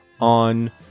on